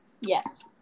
Yes